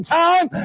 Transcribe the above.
time